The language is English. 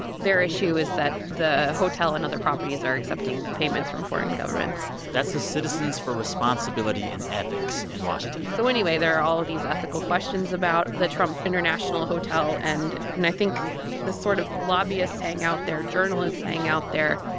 their issue is that the hotel and other properties are accepting payments from foreign governments that's the citizens for responsibility and ethics in washington so anyway, there are all of these ethical questions about the trump international hotel. and and i think the sort of lobbyists hang out there. journalists hang out there.